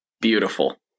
Beautiful